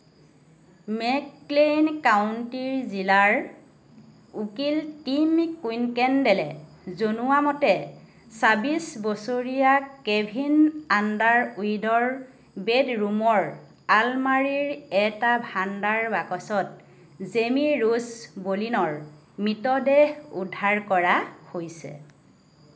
McClain কাউন্টিৰ জিলা উকীল টিম কুইকেণ্ডেলে জনোৱা মতে ছাব্বিছ বছৰীয়া কেভিন আণ্ডাৰউডৰ বেডৰুমৰ আলমাৰীৰ এটা ভাণ্ডাৰ বাকচত জেমী ৰোজ বলিনৰ মৃতদেহ উদ্ধাৰ কৰা হৈছে